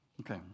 okay